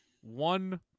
One